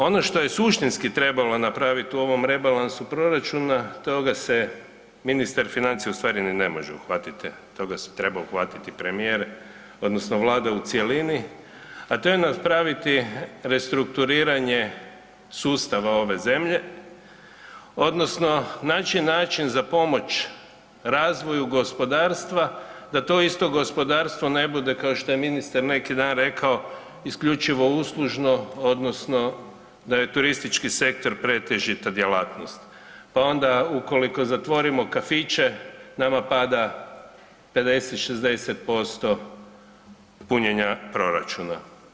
Ono što je suštinski trebalo napravit u ovom rebalansu proračuna toga se ministar financija u stvari ni ne može uhvatiti, toga se treba uhvatiti premijer odnosno vlada u cjelini, a to je napraviti restrukturiranje sustava ove zemlje odnosno naći način za pomoć razvoju gospodarstva da to isto gospodarstvo ne bude kao što je ministar neki dan rekao isključivo uslužno odnosno da je turistički sektor pretežita djelatnost, pa onda ukoliko zatvorimo kafiće nama pada 50-60% punjenja proračuna.